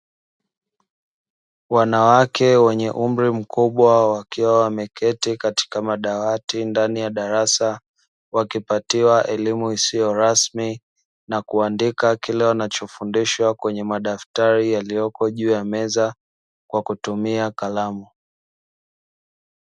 Wanawake wenye umri mkubwa, wakiwa wameketi katika madawati ndani ya darasa, wakipatiwa elimu isiyo rasmi na kuandika kile wanachofundishwa kwenye madaftari yaliyopo juu ya meza kwa kutumia kalamu.